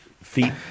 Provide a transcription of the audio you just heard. feet